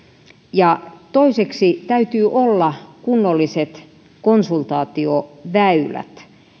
ja toiseksi täytyy olla kunnolliset konsultaatioväylät